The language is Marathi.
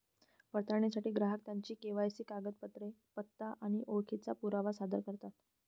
पडताळणीसाठी ग्राहक त्यांची के.वाय.सी कागदपत्रे, पत्ता आणि ओळखीचा पुरावा सादर करतात